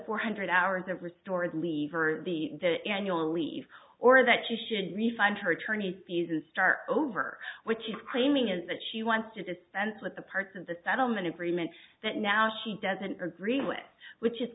four hundred hours of restored leave or the annual leave or that she should refund her attorney's fees and start over which is claiming is that she wants to dispense with the parts of the settlement agreement that now she doesn't agree with which is